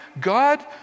God